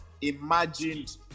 imagined